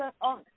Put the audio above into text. on